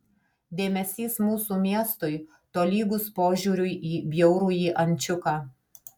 dėmesys mūsų miestui tolygus požiūriui į bjaurųjį ančiuką